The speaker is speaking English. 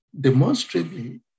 demonstrably